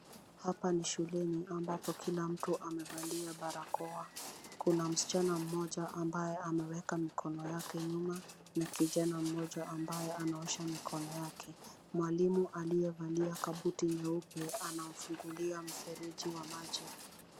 Hapa ni shuleni ambapo kila mtu amevalia barakoa. Kuna msichana mmoja ambaye amewekwa mikono yake nyuma na kijana mmoja ambaye anaosha mikono yake. Mwalimu aliyevalia kabuti nyeupe anamfungulia mfereji wa maji.